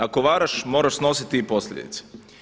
Ako varaš moraš snositi i posljedice.